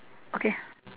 okay